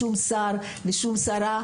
לשום שר או שרה,